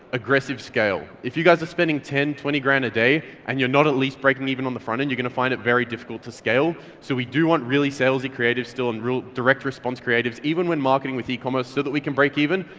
aggressive scale. if you guys are spending ten twenty grand a day, and you're not at least breaking even on the front end, you're going to find it very difficult to scale, so we do want really salesy creatives still and real direct response creatives, even when marketing with ecommerce so that we can break even,